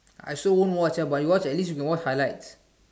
I also won't watch ah but you watch at least you can watch highlights